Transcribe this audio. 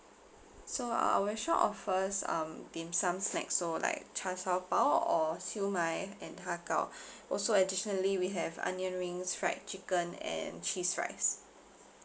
so our shop offers um dim sum snacks so like char siew bao or siew mai and har kow also additionally we have onion rings fried chicken and cheese fries